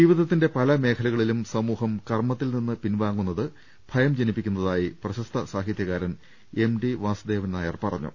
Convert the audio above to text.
ജീവിതത്തിന്റെ പല മേഖലകളിലും സമൂഹം കർമ്മത്തിൽനിന്ന് പിൻവാങ്ങുന്നത് ഭയം ജനിപ്പിക്കുന്നതായി പ്രശസ്ത സാഹിത്യകാരൻ എം ടി വാസുദേവൻനായർ പറഞ്ഞു